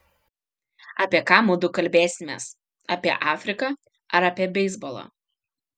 apie ką mudu kalbėsimės apie afriką ar apie beisbolą